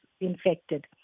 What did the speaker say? infected